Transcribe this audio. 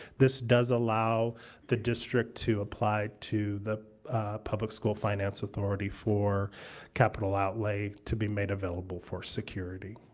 this does allow the district to apply to the public school finance authority for capital outlay to be made available for security.